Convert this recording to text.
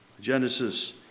Genesis